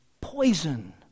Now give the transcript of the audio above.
poison